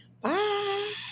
Bye